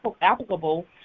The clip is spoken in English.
applicable